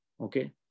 Okay